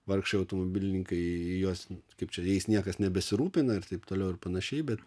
vargšai automobilininkai juos kaip čia jais niekas nebesirūpina ir taip toliau ir panašiai bet